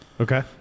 Okay